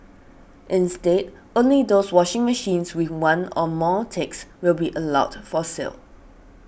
instead only those washing machines with one or more ticks will be allowed for sale